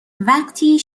وقتی